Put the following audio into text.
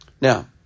Now